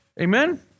Amen